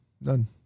none